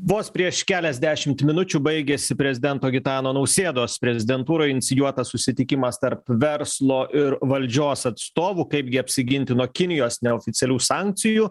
vos prieš keliasdešimt minučių baigėsi prezidento gitano nausėdos prezidentūroj inicijuotas susitikimas tarp verslo ir valdžios atstovų kaipgi apsiginti nuo kinijos neoficialių sankcijų